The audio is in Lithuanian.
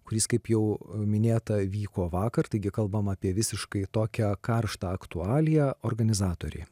kuris kaip jau minėta vyko vakar taigi kalbam apie visiškai tokią karštą aktualiją organizatoriai